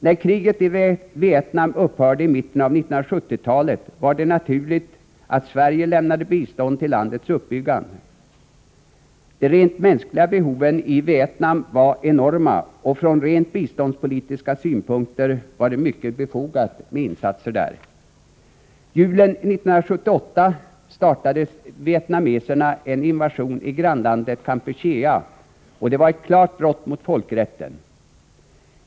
När kriget i Vietnam upphörde i mitten av 1970-talet var det naturligt att Sverige lämnade bistånd till landets uppbyggnad. De rent mänskliga behoven i Vietnam var enorma, och från rent biståndspolitiska synpunkter var det mycket befogat med insatser där. Julen 1978 startade vietnameserna en invasion i grannlandet Kampuchea, och det var ett klart brott mot folkrätten.